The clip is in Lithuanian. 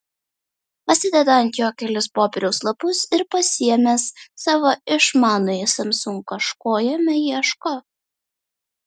pasideda ant jo kelis popieriaus lapus ir pasiėmęs savo išmanųjį samsung kažko jame ieško